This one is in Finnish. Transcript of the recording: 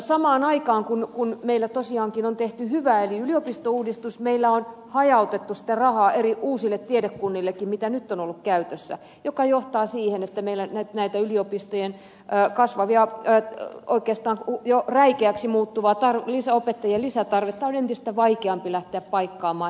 samaan aikaan kun meillä tosiaankin on tehty hyvää eli yliopistouudistus meillä on hajautettu sitä rahaa mitä nyt on ollut käytössä uusille tiedekunnillekin mikä johtaa siihen että meillä yliopistojen kasvavaa oikeastaan jo räikeäksi muuttuvaa opettajien lisä tarvetta on entistä vaikeampi lähteä paikkaamaan